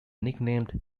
nicknamed